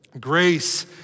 Grace